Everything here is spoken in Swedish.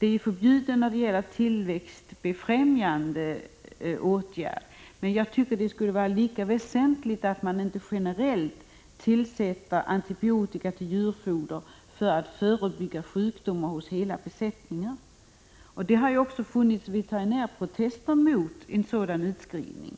Det är förbjudet att blanda in tillväxtbefrämjande ämnen i fodret, men jag tycker att det borde vara lika angeläget att inte generellt tillsätta antibiotika till djurfoder för att förebygga sjukdomar hos hela besättningar. Det har förekommit veterinärprotester mot sådan utskrivning